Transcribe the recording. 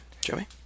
Joey